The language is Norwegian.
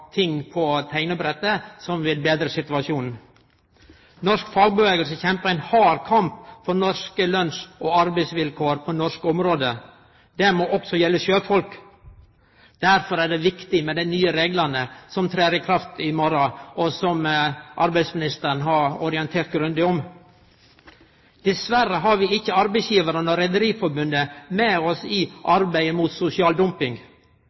ting på teiknebrettet som vil betre situasjonen. Norsk fagrørsle kjempar ein hard kamp for norske lønns- og arbeidsvilkår på norsk område. Det må også gjelde sjøfolk. Derfor er det viktig med dei nye reglane som trer i kraft i morgon, og som arbeidsministeren har orientert grundig om. Dessverre har vi ikkje arbeidsgivarane og Rederiforbundet med oss i arbeidet mot sosial dumping.